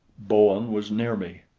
bowen was near me.